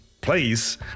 please